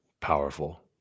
powerful